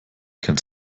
kennt